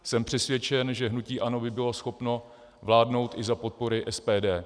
Jsem přesvědčen, že hnutí ANO by bylo schopno vládnout i za podpory SPD.